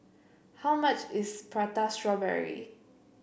how much is Prata Strawberry